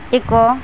ଏକ